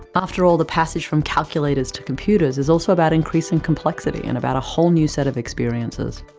after all, the passage from calculators to computers is also about increasing complexity, and about a whole new set of experiences.